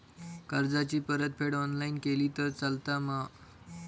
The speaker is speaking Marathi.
कर्जाची परतफेड ऑनलाइन केली तरी चलता मा?